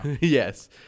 Yes